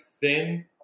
thin